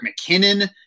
McKinnon